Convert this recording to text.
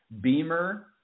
Beamer